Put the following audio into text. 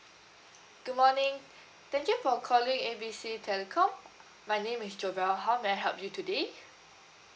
good morning thank you for calling A B C telecom my name is jobelle how may I help you today